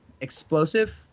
explosive